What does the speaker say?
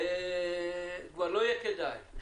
וכבר לא יהיה כדאי.